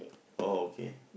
oh okay